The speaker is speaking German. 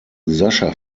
sascha